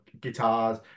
guitars